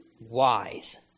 wise